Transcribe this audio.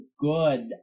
good